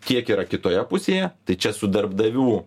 kiek yra kitoje pusėje tai čia su darbdavių